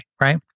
right